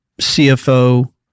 CFO